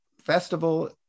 festival